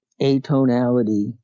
atonality